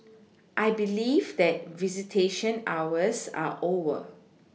I believe that visitation hours are over